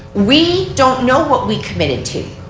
we don't know what we committed to.